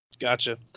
Gotcha